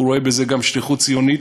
הוא רואה בזה גם שליחות ציונית.